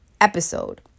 episode